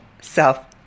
self